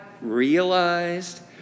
realized